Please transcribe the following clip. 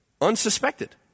unsuspected